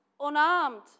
Unarmed